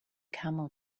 camel